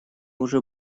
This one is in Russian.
уже